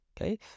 okay